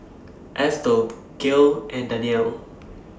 Estel Gale and Danielle